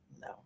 No